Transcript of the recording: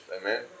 Amen